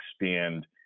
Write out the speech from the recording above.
expand